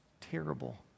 terrible